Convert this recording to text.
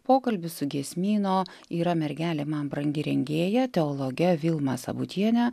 pokalbis su giesmyno yra mergelė man brangi rengėja teologe vilma sabutiene